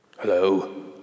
Hello